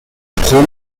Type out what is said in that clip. hometown